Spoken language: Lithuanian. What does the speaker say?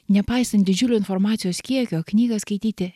nepaisant didžiulio informacijos kiekio knygą skaityti